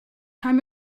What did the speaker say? time